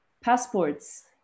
Passports